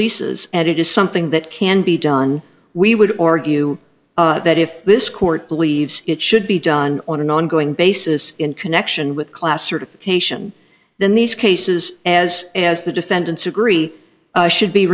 leases and it is something that can be done we would argue that if this court believes it should be done on an ongoing basis in connection with class certification then these cases as as the defendants agree should be